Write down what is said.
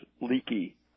leaky